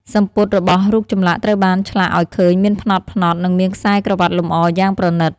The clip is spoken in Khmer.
សំពត់របស់រូបចម្លាក់ត្រូវបានឆ្លាក់ឱ្យឃើញមានផ្នត់ៗ និងមានខ្សែក្រវាត់លម្អយ៉ាងប្រណីត។